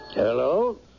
Hello